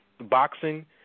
boxing